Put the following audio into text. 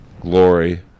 glory